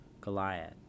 Goliath